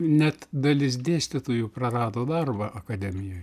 net dalis dėstytojų prarado darbą akademijoj